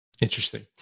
Interesting